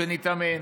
שנתאמן,